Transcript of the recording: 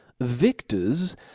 victors